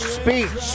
speech